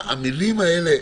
המילים האלה,